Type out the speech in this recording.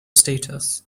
status